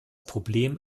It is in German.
problem